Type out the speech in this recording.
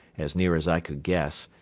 as near as i could guess,